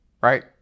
right